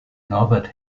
norbert